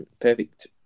perfect